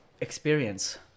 Experience